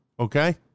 Okay